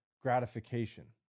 gratification